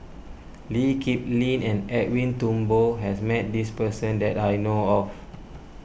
Lee Kip Lin and Edwin Thumboo has met this person that I know of